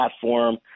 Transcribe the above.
platform